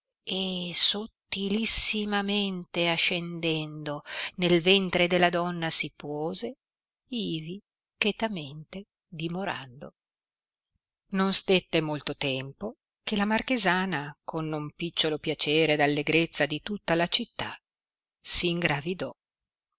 e sottilissimamente ascendendo nel ventre della donna si puose ivi chetamente dimorando non stette molto tempo che la marchesana con non picciolo piacere ed allegrezza di tutta la città s ingravidò